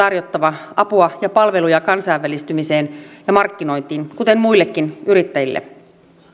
tarjottava apua ja palveluja kansainvälistymiseen ja markkinointiin kuten muillekin yrittäjille